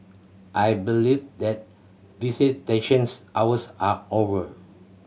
I believe that visitations hours are over